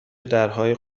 درهای